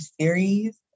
series